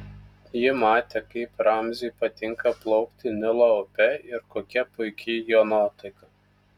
ji matė kaip ramziui patinka plaukti nilo upe ir kokia puiki jo nuotaika